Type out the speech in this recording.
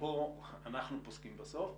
פה אנחנו פוסקים בסוף,